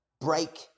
break